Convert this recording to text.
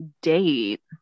date